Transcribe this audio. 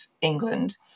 England